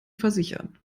versichern